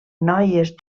noies